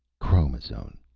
chromazone,